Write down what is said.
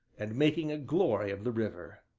and making a glory of the river.